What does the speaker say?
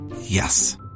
Yes